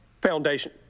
foundation